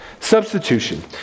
Substitution